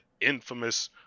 infamous